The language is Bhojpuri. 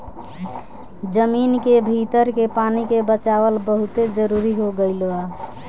जमीन के भीतर के पानी के बचावल बहुते जरुरी हो गईल बा